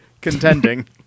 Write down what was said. contending